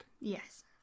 Yes